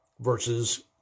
versus